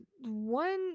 one